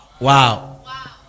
wow